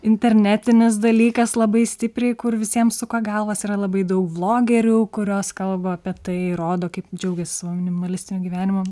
internetinis dalykas labai stipriai kur visiems suka galvas yra labai daug vlogerių kurios kalba apie tai rodo kaip džiaugiasi savo minimalistiniu gyvenimu